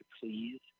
please